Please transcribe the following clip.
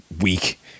Week